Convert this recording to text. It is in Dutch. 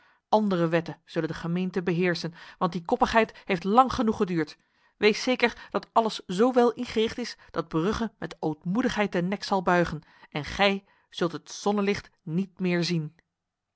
andere wetten zullen de gemeenten beheersen want die koppigheid heeft lang genoeg geduurd wees zeker dat alles zo wel ingericht is dat brugge met ootmoedigheid de nek zal buigen en gij zult het zonnelicht niet meer zien